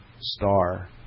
star